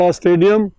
stadium